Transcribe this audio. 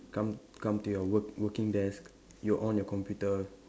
come come to your work working desk you on your computer